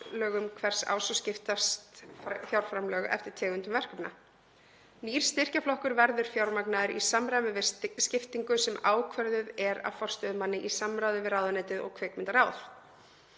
hvers árs og skiptast fjárframlög eftir tegundum verkefna. Nýr styrkjaflokkur verður fjármagnaður í samræmi við skiptingu sem ákvörðuð er af forstöðumanni í samráði við ráðuneytið og kvikmyndaráð.